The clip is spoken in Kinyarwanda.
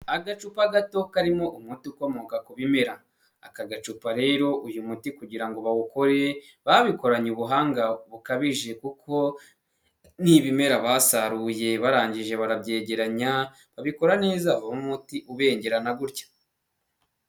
Agacupa gato karimo umuti ukomoka ku bimera, aka gacupa rero uyu muti kugira ngo bawukore babikoranye ubuhanga bukabije kuko ni ibimera basaruye barangije barabyegeranya babikora neza umuti ubengerana gutya.